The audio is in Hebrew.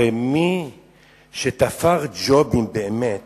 הרי מי שתפר ג'ובים באמת